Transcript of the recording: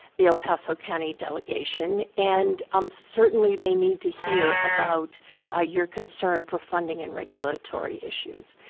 the el paso county delegation. and um certainly, they need to hear about ah your concern for funding and regulatory issues.